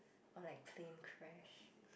or like plane crash